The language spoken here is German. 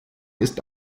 ist